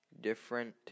different